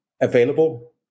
available